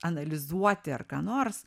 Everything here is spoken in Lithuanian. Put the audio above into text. analizuoti ar ką nors